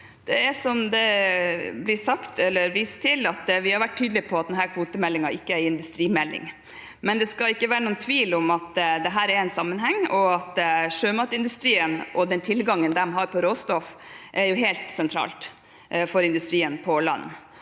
Som det blir vist til, har vi vært tydelige på at denne kvotemeldingen ikke er en industrimelding. Det skal likevel ikke være noen tvil om at det her er en sammenheng, og at sjømatindustrien og den tilgangen de har på råstoff, er helt sentral for industrien på land.